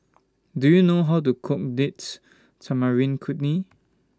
Do YOU know How to Cook Date Tamarind Chutney